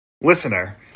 Listener